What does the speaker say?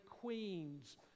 queens